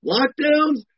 Lockdowns